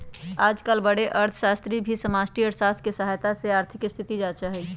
आजकल बडे अर्थशास्त्री भी समष्टि अर्थशास्त्र के सहायता से ही आर्थिक स्थिति जांचा हई